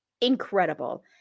incredible